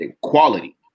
Quality